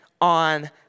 on